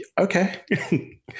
Okay